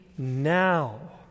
Now